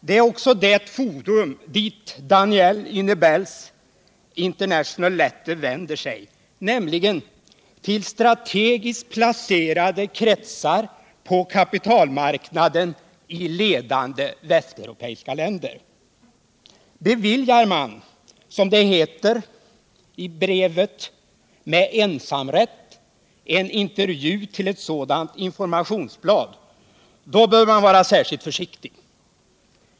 Det är också det forum till vilket Danielle Hunebelle”s International Leter vänder sig, nämligen till strategiskt placerade kretsar på kapitalmarknaden i ledande västeuropeiska länder. Beviljar man, som det heter i brevet, med ensamrätt en intervju till ett sådant informationsblad bör man vara särskilt försiktig.